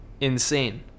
insane